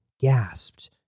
gasped